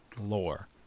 lore